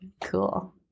cool